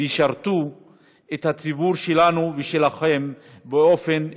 וישרתו את הציבור שלנו ושלכם באופן אפקטיבי.